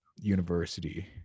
university